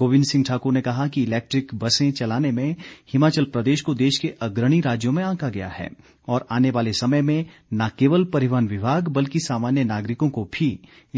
गोविंद सिंह ठाकुर ने कहा कि इलेक्ट्रिक बसें चलाने में हिमाचल प्रदेश को देश के अग्रणी राज्यों में आंका गया है और आने वाले समय में न केवल परिवहन विभाग बल्कि सामान्य नागरिकों को भी